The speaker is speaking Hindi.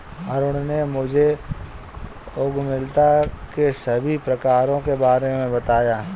अरुण ने मुझे उद्यमिता के सभी प्रकारों के बारे में बताएं